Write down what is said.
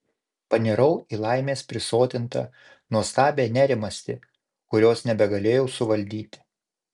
panirau į laimės prisotintą nuostabią nerimastį kurios nebegalėjau suvaldyti